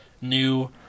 new